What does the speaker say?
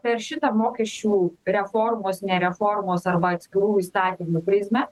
per šitą mokesčių reformos ne reformos arba atskirų įstatymų prizmę